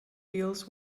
deals